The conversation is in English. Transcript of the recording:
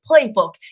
playbook